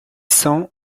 cents